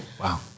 Wow